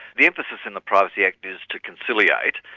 the emphasis in the privacy act is to conciliate,